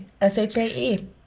S-H-A-E